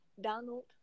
Donald